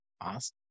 awesome